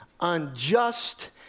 unjust